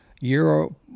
Euro